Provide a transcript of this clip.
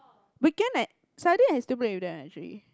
weekend I Saturday I still play with them actually